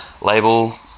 label